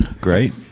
Great